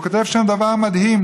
והוא כותב שם דבר מדהים.